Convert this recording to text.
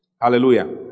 Hallelujah